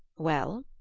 well?